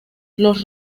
los